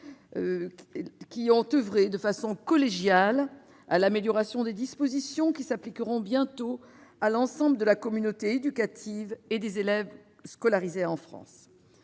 qui ont oeuvré de façon collégiale à l'amélioration des dispositions qui s'appliqueront bientôt à l'ensemble de la communauté éducative et des élèves scolarisés en France.